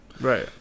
Right